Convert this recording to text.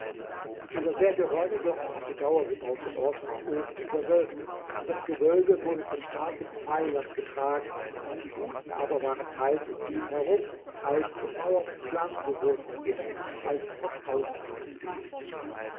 dieser sehr geräumige und auf die dauer gebaute ort war oben überwölbt und das gewölbe wurde von starken pfeilern getragen die buden aber waren teils um dies herum teils den mauern entlang sowohl von innen als von außen angelegt